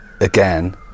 again